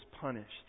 punished